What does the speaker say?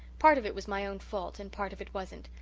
part of it was my own fault and part of it wasn't,